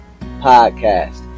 Podcast